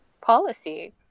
policy